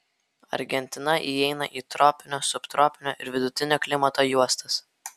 argentina įeina į tropinio subtropinio ir vidutinio klimato juostas